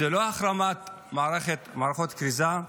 זו לא החרמת מערכות כריזה,